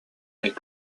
est